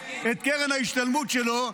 את קרן ההשתלמות שלו,